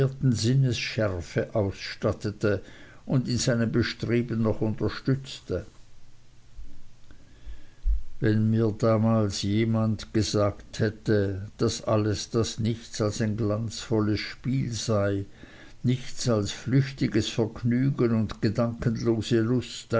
sinnesschärfe ausstattete und in seinem bestreben noch unterstützte wenn mir damals jemand gesagt hätte daß alles das nichts als ein glanzvolles spiel sei nichts als flüchtiges vergnügen und gedankenlose lust